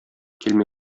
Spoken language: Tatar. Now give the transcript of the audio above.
килми